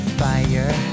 fire